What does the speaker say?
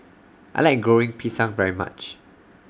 I like Goreng Pisang very much